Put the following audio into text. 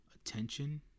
attention